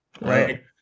Right